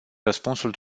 răspunsul